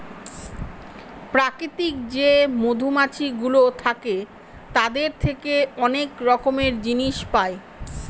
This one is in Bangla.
প্রাকৃতিক যে মধুমাছিগুলো থাকে তাদের থেকে অনেক রকমের জিনিস পায়